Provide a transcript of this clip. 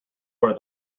where